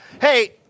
Hey